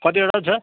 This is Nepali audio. कतिवटा पो छ